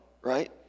right